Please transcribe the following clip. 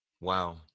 wow